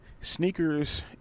sneakers